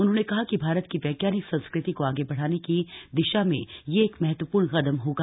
उन्होंने कहा कि भारत की वैज्ञानिक संस्कृति को आगे बढ़ाने की दिशा में यह एक महत्वपूर्ण कदम होगा